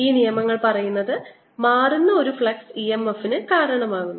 ഈ നിയമങ്ങൾ പറയുന്നത് മാറുന്ന ഫ്ലക്സ് ഒരു EMF ന് കാരണമാകുന്നു